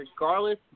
regardless